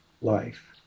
life